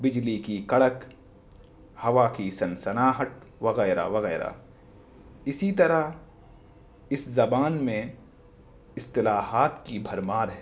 بجلی کی کڑک ہوا کی سنسناہٹ وغیرہ وغیرہ اسی طرح اس زبان میں اصطلاحات کی بھرمار ہے